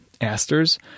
asters